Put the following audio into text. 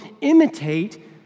imitate